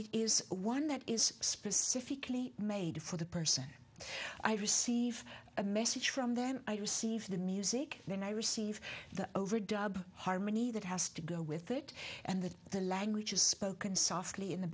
it is one that is specifically made for the person i receive a message from then i receive the music then i receive the overdubbed harmony that has to go with it and that the language is spoken softly in the